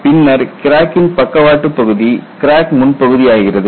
பின்னர் கிராக்கின் பக்கவாட்டு பகுதி கிராக் முன்பகுதி ஆகிறது